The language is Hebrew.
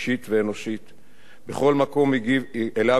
בכל מקום שאליו הגיע בשב"כ ובמוסד,